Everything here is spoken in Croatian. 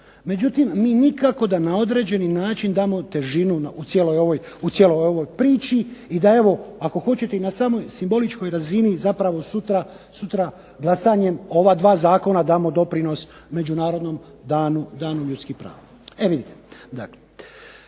međutim mi nikako da na određeni način damo težinu u cijeloj ovoj priči, i da evo ako hoćete i na samoj simboličkoj razini zapravo sutra glasanjem ova 2 zakona damo doprinos Međunarodnom danu ljudskih prava. E vidite,